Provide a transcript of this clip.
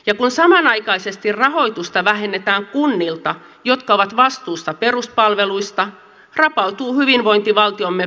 ja kun samanaikaisesti rahoitusta vähennetään kunnilta jotka ovat vastuussa peruspalveluista rapautuu hyvinvointivaltiomme perustavanlaatuisesti